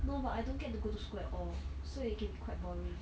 no but I don't get to go to school at all so it can be quite boring